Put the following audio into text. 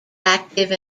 active